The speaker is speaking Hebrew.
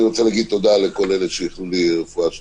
אני רוצה להגיד תודה לכל אלה שאיחלו לי רפואה שלמה.